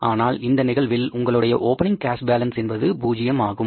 ஆனால் இந்த நிகழ்வில் உங்களுடைய ஓப்பனிங் கேஸ் பேலன்ஸ் என்பது பூஜ்யம் ஆகும்